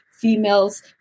females